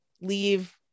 leave